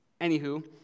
Anywho